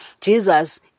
jesus